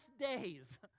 days